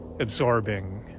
absorbing